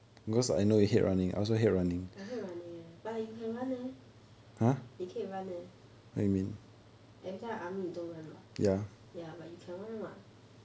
I hate running leh but you can run leh 你可以 run leh every time army 你都 run what ya but you can run [what]